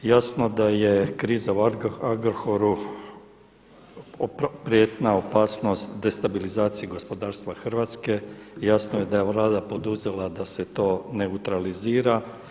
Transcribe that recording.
Jasno da je kriza u Agrokoru prijetnja, opasnost destabilizaciji gospodarstva Hrvatske i jasno je da je Vlada poduzela da se to neutralizira.